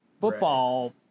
football